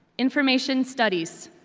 information studies.